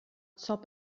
zob